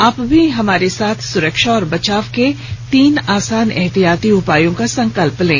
आप भी हमारे साथ सुरक्षा और बचाव के तीन आसान एहतियाती उपायों का संकल्प लें